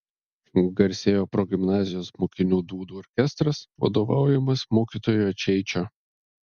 garsėjo progimnazijos mokinių dūdų orkestras vadovaujamas mokytojo čeičio